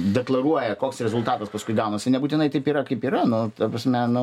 deklaruoja koks rezultatas paskui gaunasi nebūtinai taip yra kaip yra nu ta prasme nu